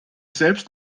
selbst